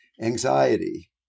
anxiety